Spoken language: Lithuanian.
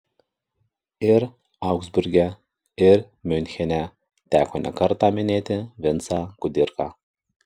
ir augsburge ir miunchene teko nekartą minėti vincą kudirką